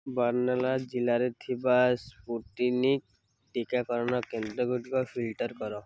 ବର୍ଣ୍ଣାଲା ଜିଲ୍ଲାରେ ଥିବା ସ୍ପୁଟନିକ୍ ଟିକାକରଣ କେନ୍ଦ୍ର ଗୁଡ଼ିକ ଫିଲ୍ଟର୍ କର